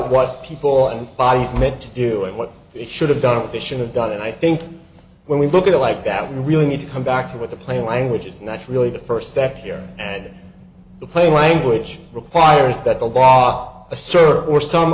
what people and bodies meant to do and what it should have done it should have done and i think when we look at it like that we really need to come back to what the plain language is and that's really the first step here and the plain language requires that the bought a certain or some